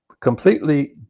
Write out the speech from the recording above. completely